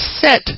set